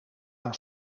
naar